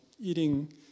eating